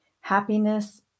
Happiness